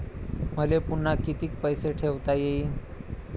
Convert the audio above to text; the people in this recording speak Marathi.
मले पुन्हा कितीक पैसे ठेवता येईन?